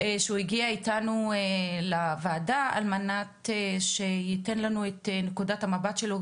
שהוא הגיע איתנו לוועדה על מנת שיתן לנו את נקודת המבט שלו,